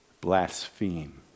blaspheme